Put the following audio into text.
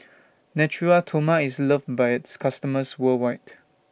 Natura Stoma IS loved By its customers worldwide